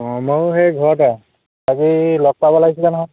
অঁ ময়ো সেই ঘৰতে আৰু বাকী লগ পাব লাগিছিলে নহয়